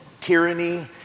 tyranny